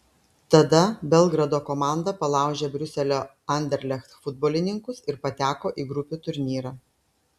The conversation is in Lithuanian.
tada belgrado komanda palaužė briuselio anderlecht futbolininkus ir pateko į grupių turnyrą